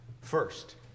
First